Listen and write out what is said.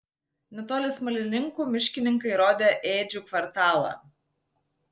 netoli smalininkų miškininkai rodė ėdžių kvartalą